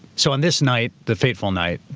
so on this night, the fateful night,